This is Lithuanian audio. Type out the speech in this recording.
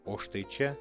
o štai čia